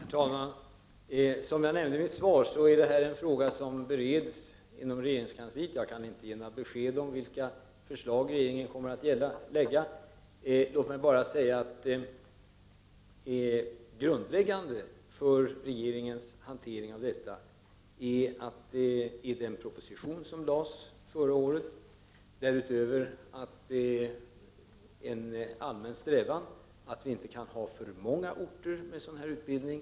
Herr talman! Som jag nämnde i mitt svar bereds den här frågan inom regeringskansliet. Jag kan därför inte ge besked om vilka förslag regeringen kommer att lägga fram. Låt mig bara säga att det grundläggande för regeringens hantering av detta ärende är den proposition som lades fram förra året. Dessutom är det en allmän strävan att vi inte skall ha för många orter med sådan här utbildning.